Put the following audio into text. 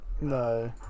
No